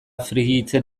frijitzen